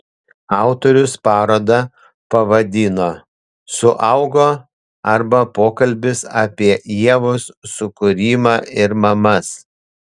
autorius parodą pavadino suaugo arba pokalbis apie ievos sukūrimą ir mamas